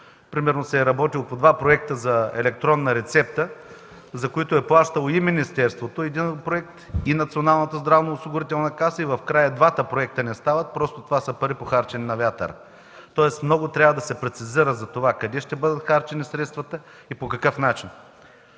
примерно работено е по два проекта за електронна рецепта, за които е плащало и министерството – единият проект, и Националната здравноосигурителна каса, и накрая и двата проекта не стават. Това са пари, похарчени на вятъра. Тоест много трябва да се прецизира къде ще бъдат харчени средствата и по какъв начин.